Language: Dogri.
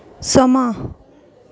समां